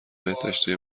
بهداشتی